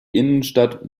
innenstadt